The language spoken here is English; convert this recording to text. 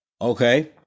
Okay